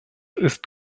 ist